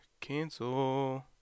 cancel